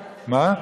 מה?